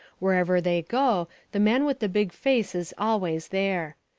wherever they go the man with the big face is always there.